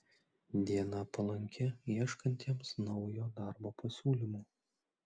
diena palanki ieškantiems naujo darbo pasiūlymų